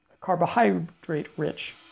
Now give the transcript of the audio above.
carbohydrate-rich